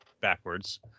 Backwards